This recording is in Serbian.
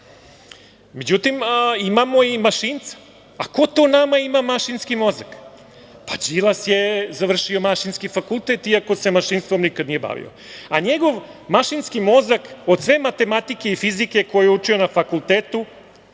fizičar.Međutim, imamo i mašinca. Ko to nama ima mašinski mozak? Pa, Đilas je završio mašinski fakultet, iako se mašinstvom nikada nije bavio. Njegov mašinski mozak, od sve matematike i fizike koju je učio na fakultetu,